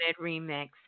remix